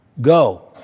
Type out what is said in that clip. Go